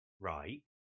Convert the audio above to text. right